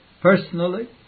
personally